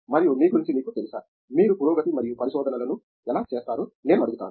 మరియు మీ గురించి మీకు తెలుసా మీరు పురోగతి మరియు పరిశోధనలను ఎలా చూస్తారో నేను అడుగుతాను